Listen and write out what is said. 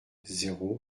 zéro